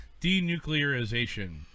denuclearization